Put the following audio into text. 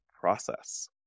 process